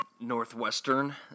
Northwestern